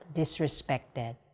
disrespected